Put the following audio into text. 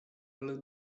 ale